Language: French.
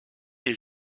est